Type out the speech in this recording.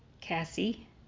Cassie